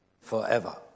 forever